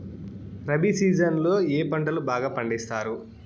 rabi season లో ఏ పంటలు బాగా పండిస్తారు